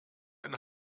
eine